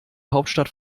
hauptstadt